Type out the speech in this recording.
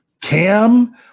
Cam